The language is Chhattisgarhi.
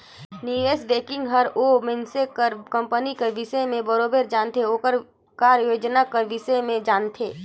निवेस बैंकिंग हर ओ मइनसे कर कंपनी कर बिसे में बरोबेर जानथे ओकर कारयोजना कर बिसे में जानथे